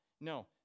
No